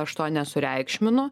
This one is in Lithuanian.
aš to nesureikšminu